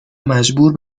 مجبور